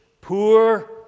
poor